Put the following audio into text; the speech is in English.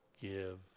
give